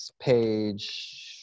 Page